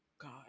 God